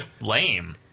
lame